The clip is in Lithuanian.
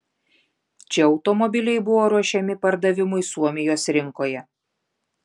čia automobiliai buvo ruošiami pardavimui suomijos rinkoje